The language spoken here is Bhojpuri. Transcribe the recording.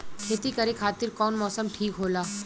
खेती करे खातिर कौन मौसम ठीक होला?